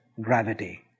gravity